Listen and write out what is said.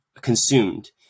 consumed